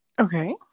okay